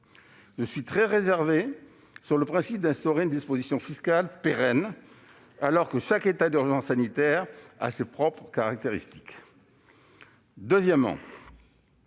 Je suis très réservé sur le principe d'instaurer une disposition fiscale pérenne, alors que chaque état d'urgence sanitaire a ses propres caractéristiques. Le dispositif